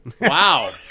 Wow